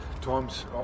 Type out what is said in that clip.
times